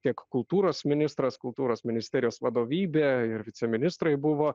tiek kultūros ministras kultūros ministerijos vadovybė ir viceministrai buvo